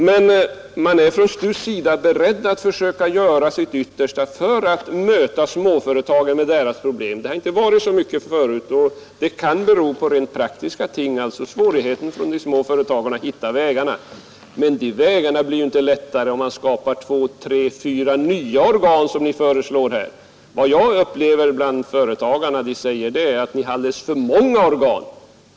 Från STU:s sida är man emellertid beredd att försöka göra sitt yttersta för att möta småföretagen och deras problem. Så har inte skett i så stor utsträckning tidigare och det kan bero på praktiska ting att småföretagen har svårt att hitta vägarna. Men dessa vägar blir inte lättare att hitta om man skapar två tre eller fyra nya organ som ni här föreslår. Jag brukar uppleva att företagarna anser att det finns alldeles för många organ.